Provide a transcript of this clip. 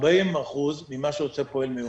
40% ממה שעושה פועל מיומן.